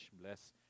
bless